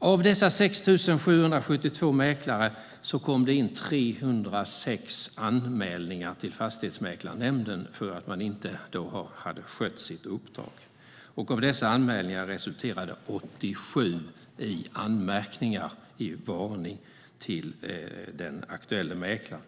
Mot dessa 6 772 mäklare kom det in 306 anmälningar till Fastighetsmäklarnämnden om att mäklare inte skött sitt uppdrag. Av dessa anmälningar resulterade 87 i en varning till den aktuella mäklaren.